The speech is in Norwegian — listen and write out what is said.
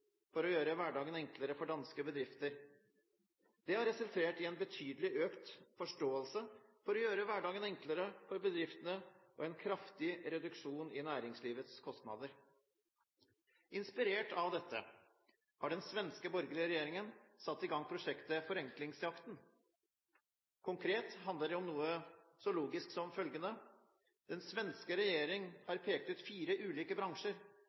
for å gjøre hverdagen enklere for danske bedrifter. Det har resultert i en betydelig økt forståelse for å gjøre hverdagen enklere for bedriftene og en kraftig reduksjon i næringslivets kostnader. Inspirert av dette har den svenske borgerlige regjeringen satt i gang prosjektet «Förenklingsjakten». Konkret handler det om noe så logisk som følgende: Den svenske regjering har pekt ut fire ulike bransjer,